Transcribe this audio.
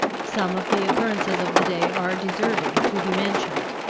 some of the occurrences of the day are deserving to be mentioned.